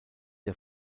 der